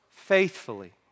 faithfully